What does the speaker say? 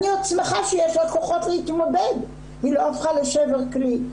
אני עוד שמחה שיש לה כוחות להתמודד והיא לא הפכה לשבר כלי.